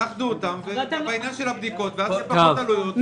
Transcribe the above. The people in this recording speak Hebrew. תאחדו אותן בעניין הבדיקות ואז זה פחות עלויות.